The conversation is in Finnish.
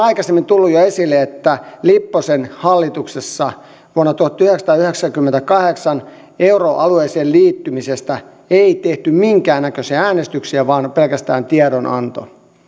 aikaisemmin tullut esille lipposen hallituksessa vuonna tuhatyhdeksänsataayhdeksänkymmentäkahdeksan euroalueeseen liittymisestä ei tehty minkäännäköisiä äänestyksiä vaan pelkästään tiedonanto